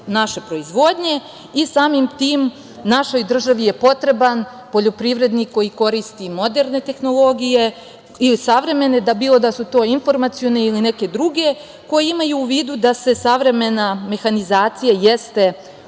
naše proizvodnje i samim tim našoj državi je potreban poljoprivrednik koji koristi moderne tehnologije i savremene, bilo da su to informacione ili neke druge koje imaju u vidu da savremena mehanizacija jeste